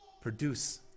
produce